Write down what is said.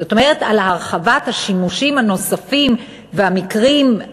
זאת אומרת על הרחבת השימושים והמקרים הרפואיים